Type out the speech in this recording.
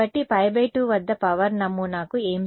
కాబట్టి π2 వద్ద పవర్ నమూనాకు ఏమి జరుగుతుంది